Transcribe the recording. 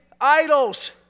idols